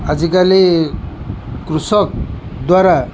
ଆଜିକାଲି କୃଷକ ଦ୍ୱାରା